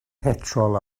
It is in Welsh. petrol